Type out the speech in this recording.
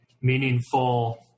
meaningful